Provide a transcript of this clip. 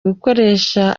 gukoresha